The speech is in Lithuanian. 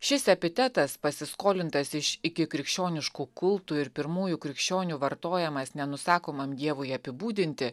šis epitetas pasiskolintas iš ikikrikščioniškų kultų ir pirmųjų krikščionių vartojamas nenusakomam dievui apibūdinti